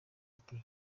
iti